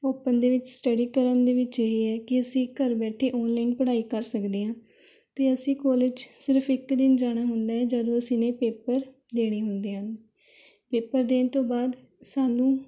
open ਦੇ ਵਿੱਚ study ਕਰਨ ਦੇ ਵਿੱਚ ਇਹ ਹੈ ਕਿ ਅਸੀਂ ਘਰ ਬੈਠੇ ਔਨਲਾਈਨ ਪੜ੍ਹਾਈ ਕਰ ਸਕਦੇ ਹਾਂ ਅਤੇ ਅਸੀਂ ਕੋਲੇਜ ਸਿਰਫ਼ ਇੱਕ ਦਿਨ ਜਾਣਾ ਹੁੰਦਾ ਜਦੋਂ ਅਸੀਂ ਨੇ ਪੇਪਰ ਦੇਣੇ ਹੁੰਦੇ ਹਨ ਪੇਪਰ ਦੇਣ ਤੋਂ ਬਾਅਦ ਸਾਨੂੰ